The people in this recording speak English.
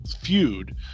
feud